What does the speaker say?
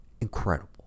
Incredible